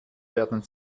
werden